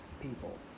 people